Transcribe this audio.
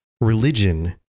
religion